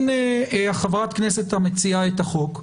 הנה חברת הכנסת המציעה את החוק.